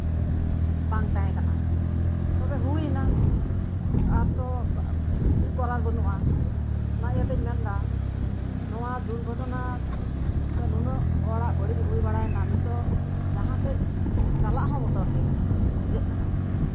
ᱵᱟᱝ ᱛᱟᱦᱮᱸ ᱠᱟᱱᱟ ᱛᱚᱵᱮ ᱦᱩᱭ ᱮᱱᱟ ᱟᱨ ᱛᱚ ᱠᱤᱪᱷᱩ ᱠᱚᱨᱟᱨ ᱵᱟᱹᱱᱩᱜᱼᱟ ᱚᱱᱟ ᱤᱭᱟᱹᱛᱮᱧ ᱢᱮᱱ ᱮᱫᱟ ᱱᱚᱶ ᱟ ᱫᱩᱨᱜᱷᱚᱴᱚᱱᱟ ᱛᱮ ᱱᱩᱱᱟᱹᱜ ᱦᱚᱲᱟᱜ ᱵᱟᱹᱲᱤᱡ ᱦᱩᱭ ᱵᱟᱲᱟᱭᱮᱱᱟ ᱱᱤᱛᱚᱜ ᱡᱟᱦᱟᱸᱥᱮᱫ ᱪᱟᱞᱟᱜ ᱦᱚᱸ ᱵᱚᱛᱚᱨᱜᱮ ᱵᱩᱡᱷᱟᱹᱜ ᱠᱟᱱᱟ